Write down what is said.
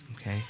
okay